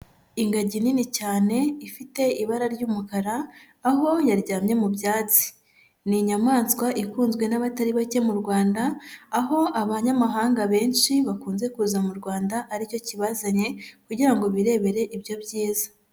Ingagi nini cyane ifite ibara ry'umukara, aho yaryamye mu byatsi. Ni inyamaswa ikunzwe n'abatari bake mu Rwanda, aho abanyamahanga benshi bakunze kuza mu Rwanda ari cyo kibazanye kugira ngo birebere ibyo byiza.